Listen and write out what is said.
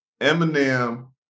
Eminem